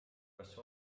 kas